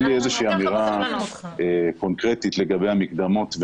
אין לי איזו אמירה קונקרטית לגבי המקדמות.